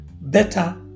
better